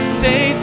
say